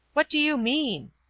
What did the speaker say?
what do you mean?